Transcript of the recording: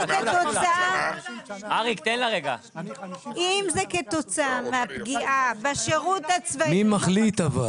אם זה כתוצאה מהפגיעה בשירות הצבאי --- אבל מי מחליט?